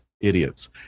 idiots